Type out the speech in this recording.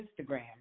Instagram